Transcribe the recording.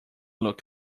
look